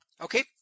Okay